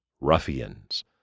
ruffians